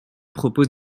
propose